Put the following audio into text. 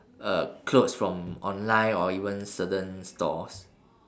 uh clothes from online or even certain stores